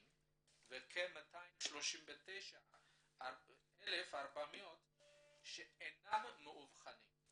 מאובחנים וכ-239,400 שאינם מאובחנים.